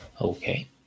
Okay